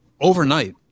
overnight